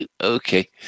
Okay